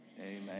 amen